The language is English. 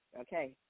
Okay